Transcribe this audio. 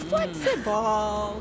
Flexible